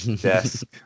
desk